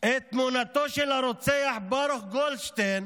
את תמונתו של הרוצח ברוך גולדשטיין